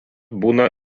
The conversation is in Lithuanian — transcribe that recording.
būna